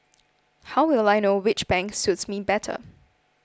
how will I know which bank suits me better